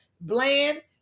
bland